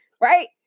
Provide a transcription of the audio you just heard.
right